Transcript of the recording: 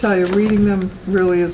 tell you remember really